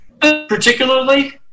particularly